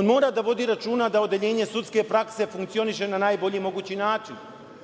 On mora da vodi računa da odeljenje sudske prakse funkcioniše na najbolji mogući način,